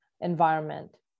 environment